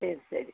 சரி சரி